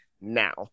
now